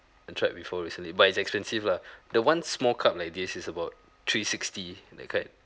I tried before recently but it's expensive lah the ones small cup like this is about three sixty that kind